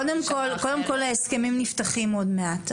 קודם כל ההסכמים נפתחים עוד מעט.